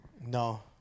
No